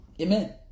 Amen